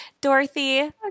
dorothy